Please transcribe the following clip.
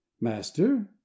master